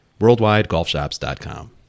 WorldwideGolfShops.com